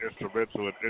instrumental